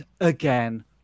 again